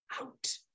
out